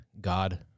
God